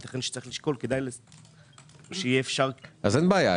ייתכן שצריך לשקול שיהיה אפשר --- אין בעיה,